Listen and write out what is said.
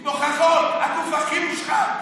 עם הוכחות, הגוף הכי מושחת.